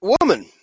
woman